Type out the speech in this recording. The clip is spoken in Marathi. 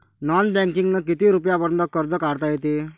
नॉन बँकिंगनं किती रुपयापर्यंत कर्ज काढता येते?